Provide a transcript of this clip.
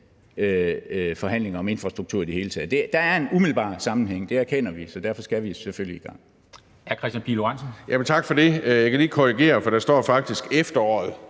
forhandlinger om infrastruktur i det hele taget. Der er en umiddelbar sammenhæng – det erkender vi – og derfor skal vi selvfølgelig i gang.